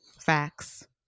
Facts